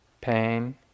pain